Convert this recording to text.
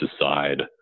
decide